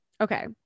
Okay